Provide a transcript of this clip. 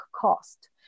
cost